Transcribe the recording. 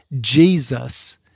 Jesus